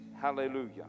hallelujah